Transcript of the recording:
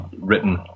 written